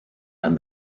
and